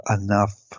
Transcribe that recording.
enough